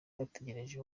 bategereje